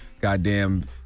goddamn